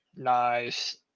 nice